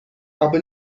aby